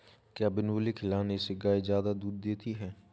क्या बिनोले खिलाने से गाय दूध ज्यादा देती है?